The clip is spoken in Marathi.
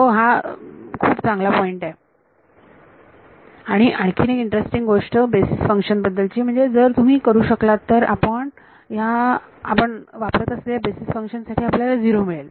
होय हा खूप चांगला पॉईंट आहे आणि आणि आणखीन एक इंटरेस्टिंग गोष्ट बेसीस फंक्शन बद्दलची म्हणजे जर तुम्ही करू शकलात तर ह्या आपण वापरत असलेल्या बेसीस फंक्शन साठी आपल्याला झिरो मिळेल